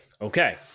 Okay